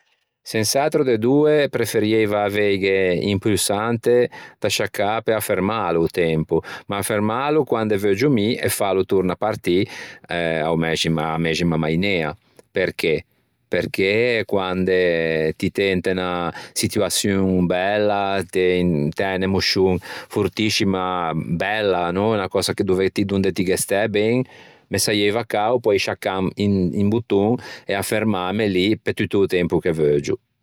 Sens'atro de doe preferieiva aveighe un pursante da sciaccâ pe affermâlo o tempo ma fermâlo quande veuggio mi e fâlo torna partî e a-o meximo a-a mæxima mainea perché, perché quande ti t'ê inte unna situaçion bella t'æ unn'emoscion fortiscima bella no unna cösa dove donde ti ghe stæ ben me saieiva cao poei sciaccâ un botton e affermâme lì pe tutto o tempo che veuggio.